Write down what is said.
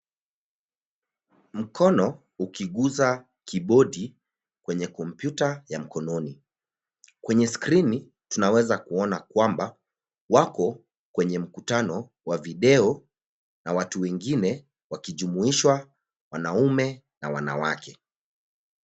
Mkono ukiguza kibodi kwenye kompyuta ya mkononi. Kwenye skrini tunaweza kuona kwamba wako kwenye mkutano wa video na watu wengine wakijumuishwa wanaume na wanawake.